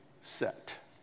set